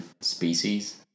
species